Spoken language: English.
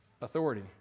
authority